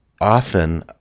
often